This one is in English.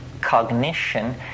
cognition